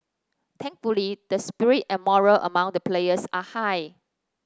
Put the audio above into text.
thankfully the spirit and morale among the players are high